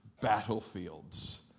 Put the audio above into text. battlefields